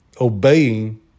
obeying